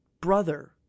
brother